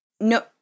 No